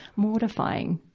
mortifying.